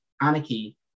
anarchy